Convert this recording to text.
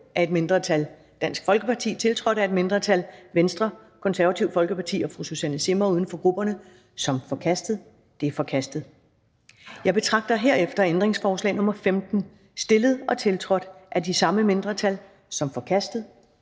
af et mindretal (DF), tiltrådt af et mindretal (V, KF og Susanne Zimmer (UFG)), som forkastet. Det er forkastet. Jeg betragter herefter ændringsforslag nr. 15, stillet og tiltrådt af de samme mindretal, som forkastet.